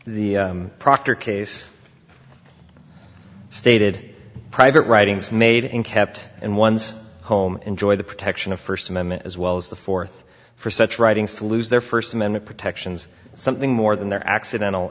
e proctor case stated private writings made and kept in one's home enjoy the protection of first amendment as well as the fourth for such writings to lose their first amendment protections something more than their accidental